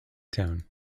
town